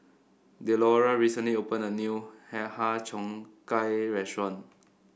Delora recently opened a new Har Cheong Gai restaurant